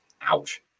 Ouch